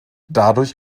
dadurch